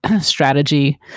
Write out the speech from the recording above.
strategy